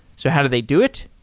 so how do they do it?